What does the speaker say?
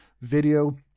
Video